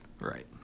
Right